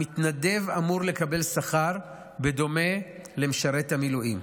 המתנדב אמור לקבל שכר בדומה למשרת מילואים.